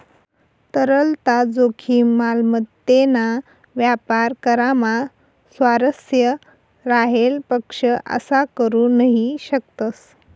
तरलता जोखीम, मालमत्तेना व्यापार करामा स्वारस्य राहेल पक्ष असा करू नही शकतस